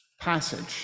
passage